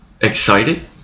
excited